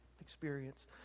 experience